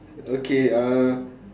okay uh